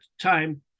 time